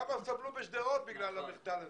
כמה סבלו בשדרות מהמחדל הזה,